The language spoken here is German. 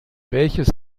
welches